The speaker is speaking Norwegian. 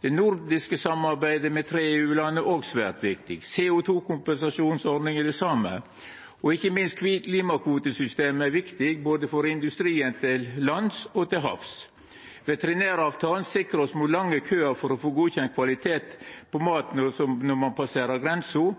Det nordiske samarbeidet med tre EU-land er òg svært viktig, CO 2 -kompensasjonsordninga likeins og ikkje minst klimakvotesystemet for industrien både til lands og til havs. Veterinæravtalen sikrar oss mot lange køar for å få godkjent kvaliteten på